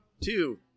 two